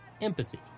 empathy